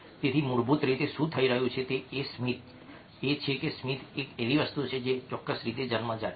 તેથી મૂળભૂત રીતે શું થઈ રહ્યું છે તે એ છે કે સ્મિત એવી વસ્તુ છે જે ચોક્કસ રીતે જન્મજાત છે